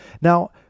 Now